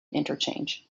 interchange